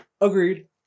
Agreed